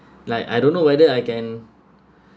like I don't know whether I can